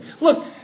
Look